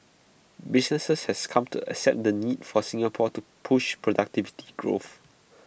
businesses have come to accept the need for Singapore to push productivity growth